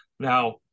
Now